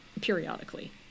periodically